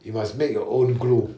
you must make your glue